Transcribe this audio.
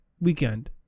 weekend